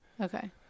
Okay